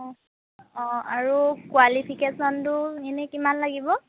অঁ অঁ আৰু কোৱালিফিকেশ্যনটো এনেই কিমান লাগিব